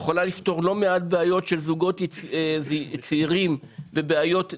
היא יכולה לפתור לא מעט בעיות של זוגות צעירים ובעיות דיור.